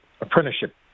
Apprenticeship